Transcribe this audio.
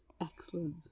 excellent